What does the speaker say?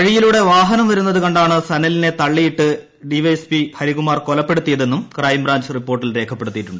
വഴിയിലൂടെ വാഹ്യസ്കൃപരുന്നത് കണ്ടാണ് സനലിനെ തള്ളിയിട്ട് ഹരികുമാർ കൊലപ്പെടുത്തിയതെന്നും ഉക്രെംബ്രാഞ്ച് റിപ്പോർട്ടിൽ രേഖപ്പെടുത്തിയിട്ടുണ്ട്